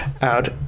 out